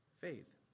faith